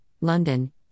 London